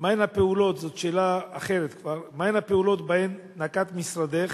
זאת שאלה אחרת כבר: מהן הפעולות שנקט משרדך